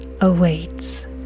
awaits